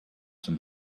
some